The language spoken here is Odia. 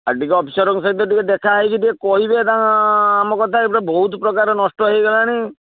ଆଉ ଟିକେ ଅଫିସରଙ୍କ ସହିତ ଟିକେ ଦେଖା ହେଇକି ଟିକେ କହିବେ ତା ଆମ କଥା ଇଏତ ବହୁତ ପ୍ରକାର ନଷ୍ଟ ହେଇଗଲାଣି